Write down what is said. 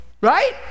Right